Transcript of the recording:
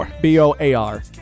B-O-A-R